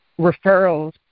referrals